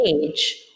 age